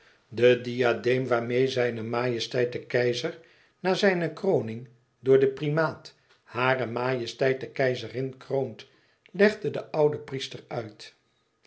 de diadeem waarmeê zijne majesteit de keizer na zijne kroning door den primaat hare majesteit de keizerin kroont legde de oude priester uit